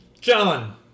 John